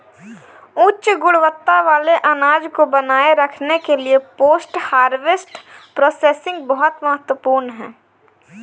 उच्च गुणवत्ता वाले अनाज को बनाए रखने के लिए पोस्ट हार्वेस्ट प्रोसेसिंग बहुत महत्वपूर्ण है